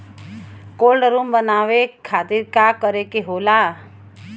Cold room बनावे खातिर का करे के होला?